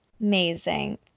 Amazing